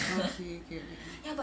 okay okay okay okay